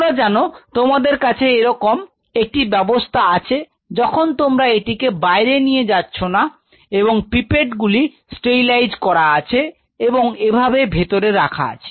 তোমরা জানো তোমাদের কাছে এরকম একটি ব্যবস্থা আছে যখন তোমরা এটিকে বাইরে নিয়ে যাচ্ছ না এবং পিপেট টিপ গুলি স্তেরিলাইজ করা আছে এবং এভাবে ভেতরে রাখা আছে